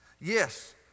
Yes